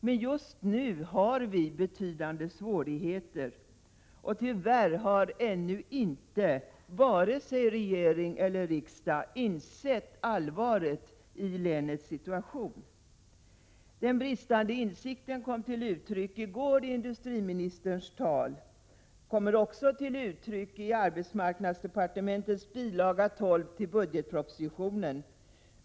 Men just nu har vi betydande svårigheter, och tyvärr har ännu inte vare sig regering eller riksdag insett allvaret i länets situation. Den bristande insikt som i går kom till uttryck i industriministerns tal kommer också till uttryck i arbetsmarknadsdepartementets bil. 12 till budgetpropositionen.